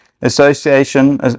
association